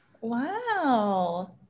Wow